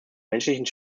menschlichen